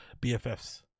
bffs